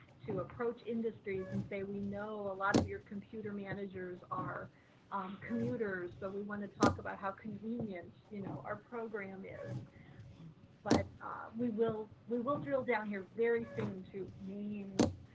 to approach industries and say we know a lot of your computer managers are commuters so we want to talk about how convenient you know our program is but we will we will drill down here very soon too. i mean